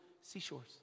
seashores